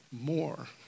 more